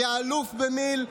מאלוף במיל'